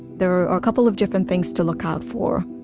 there are a couple of different things to look out for.